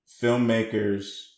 filmmakers